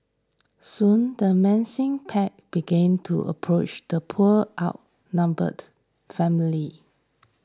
soon the menacing pack began to approach the poor outnumbered family